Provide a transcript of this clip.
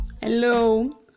Hello